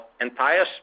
entire